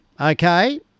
Okay